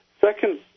Second